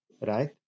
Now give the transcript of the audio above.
right